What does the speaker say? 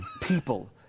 people